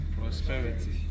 Prosperity